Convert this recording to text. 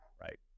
right